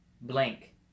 blank